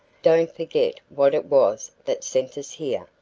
don't forget what it was that sent us here,